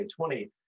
2020